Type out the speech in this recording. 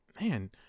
man